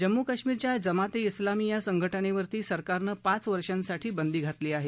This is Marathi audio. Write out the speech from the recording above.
जम्मू कश्मीरच्या जमाते उलामी या संघटनेवरती सरकारनं पाच वर्षांसाटी बंदी घातली आहे